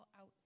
out